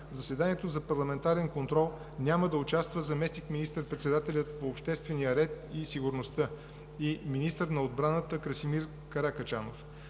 в заседанието за парламентарен контрол няма да участва заместник министър-председателят по обществения ред и сигурността и министър на отбраната Красимир Каракачанов.